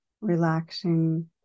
relaxing